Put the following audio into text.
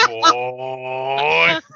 boy